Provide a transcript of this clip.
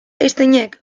einsteinek